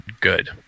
good